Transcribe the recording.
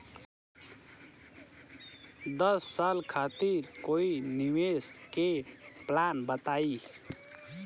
दस साल खातिर कोई निवेश के प्लान बताई?